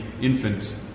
infant